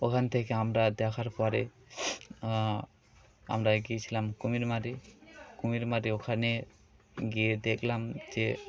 ওখান থেকে আমরা দেখার পরে আমরা গিয়েছিলাম কুমিরমারি কুমিরমারি ওখানে গিয়ে দেখলাম যে